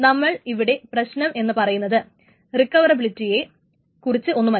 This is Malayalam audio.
നമ്മൾ ഇവിടെ പ്രശ്നം എന്ന് പറയുന്നത് റിക്കവറബിലിറ്റിയെ കുറിച്ച് ഒന്നുമല്ല